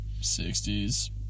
60s